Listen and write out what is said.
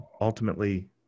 ultimately